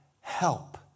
help